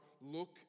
look